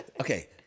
okay